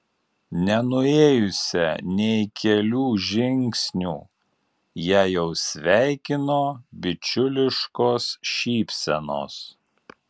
nenuėjusią nė kelių žingsnių ją jau sveikino bičiuliškos šypsenos